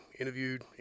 interviewed